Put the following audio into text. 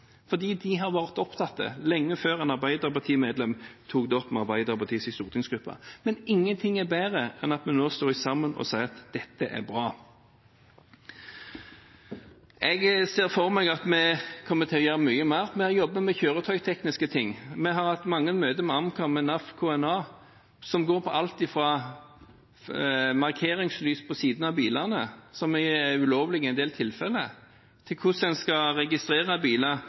fordi de har vært opptatt av det lenge før et arbeiderpartimedlem tok det opp med Arbeiderpartiets stortingsgruppe. Men ingenting er bedre enn at vi nå står sammen og sier at dette er bra. Jeg ser for meg at vi kommer til å gjøre mye mer. Vi har jobbet med kjøretøytekniske ting, vi har hatt mange møter med Amcar, med NAF, med KNA, som går på alt fra markeringslys på sidene av bilene, som er ulovlige i en del tilfeller, til hvordan en skal registrere biler,